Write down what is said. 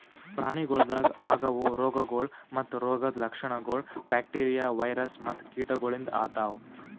ಪ್ರಾಣಿಗೊಳ್ದಾಗ್ ಆಗವು ರೋಗಗೊಳ್ ಮತ್ತ ರೋಗದ್ ಲಕ್ಷಣಗೊಳ್ ಬ್ಯಾಕ್ಟೀರಿಯಾ, ವೈರಸ್ ಮತ್ತ ಕೀಟಗೊಳಿಂದ್ ಆತವ್